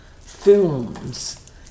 films